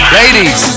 ladies